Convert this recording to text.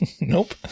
Nope